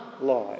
lie